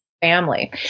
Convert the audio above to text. family